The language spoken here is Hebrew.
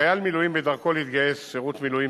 חייל מילואים בדרכו להתגייס לשירות מילואים